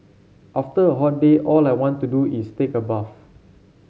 after a hot day all I want to do is take a bath